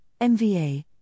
MVA